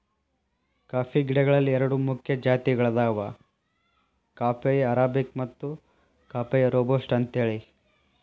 coffee ಗಿಡಗಳಲ್ಲಿ ಎರಡು ಮುಖ್ಯ ಜಾತಿಗಳದಾವ ಕಾಫೇಯ ಅರಾಬಿಕ ಮತ್ತು ಕಾಫೇಯ ರೋಬಸ್ಟ ಅಂತೇಳಿ